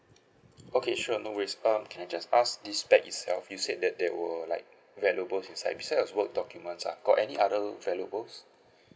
okay sure no worries um can I just ask this bag itself you said that they were like valuable inside beside of work's document uh got any other valuables